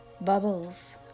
bubbles